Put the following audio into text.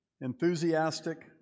enthusiastic